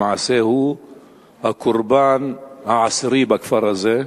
למעשה, הוא הקורבן העשירי בכפר הזה.